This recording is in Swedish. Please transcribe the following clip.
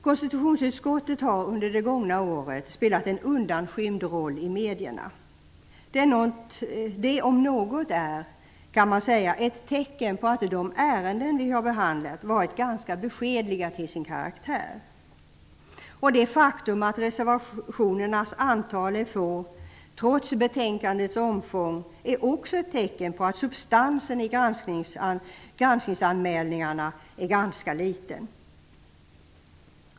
Konstitutionsutskottet har under det gångna året spelat en undanskymd roll i medierna. Det om något är, kan man säga, ett tecken på att de ärenden vi har behandlat varit ganska beskedliga till sin karaktär. Det faktum att reservationerna är få, trots betänkandets omfång, är också ett tecken på att substansen i granskningsanmälningarna är ganska liten.